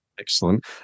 excellent